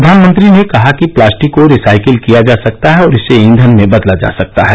प्रधानमंत्री ने कहा कि प्लास्टिक को रिसाइकिल किया जा सकता है और इसे ईघन में बदला जा सकता है